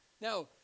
Now